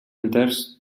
enters